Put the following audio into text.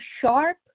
sharp